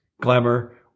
glamour